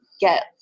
get